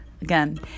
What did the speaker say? again